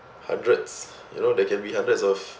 hundreds you know there can be hundreds of